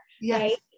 Yes